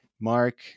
Mark